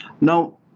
Now